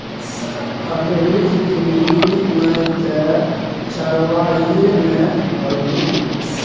पढ़बी लिखभी नै तँ चरवाहिये ने करभी